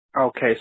Okay